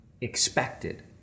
expected